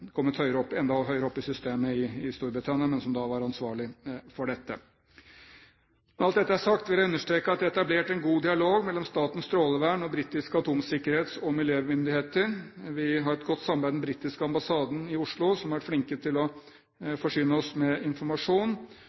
sagt, vil jeg understreke at det er etablert en god dialog mellom Statens strålevern og britiske atomsikkerhets- og miljømyndigheter. Vi har et godt samarbeid med den britiske ambassaden i Oslo, som har vært flink til å forsyne oss med informasjon.